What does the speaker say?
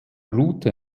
route